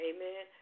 Amen